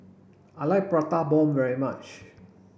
I like prata bomb very much